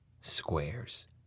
squares